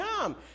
come